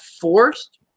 forced